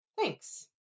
Thanks